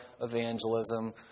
evangelism